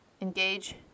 engage